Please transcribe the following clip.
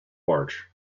march